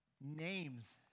names